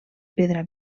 pedra